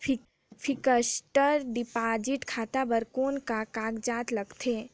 Fixed deposit खाता बर कौन का कागजात लगथे?